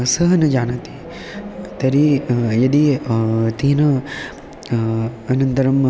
सः न जानति तर्हि यदि तेन अनन्तरं